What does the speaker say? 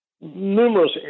numerous